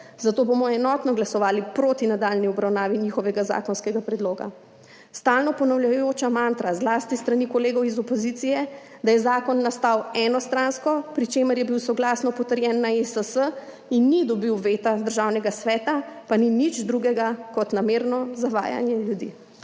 zato bomo enotno glasovali proti nadaljnji obravnavi njihovega zakonskega predloga. Stalno ponavljajoča mantra, zlasti s strani kolegov iz opozicije, da je zakon nastal enostransko, pri čemer je bil soglasno potrjen na ESS in ni dobil veta Državnega sveta, pa ni nič drugega kot namerno zavajanje ljudi.